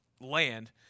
land